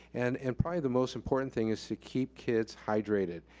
and and probably the most important thing is to keep kids hydrated.